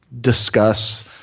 Discuss